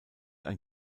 ein